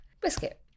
Biscuit